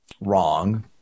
Wrong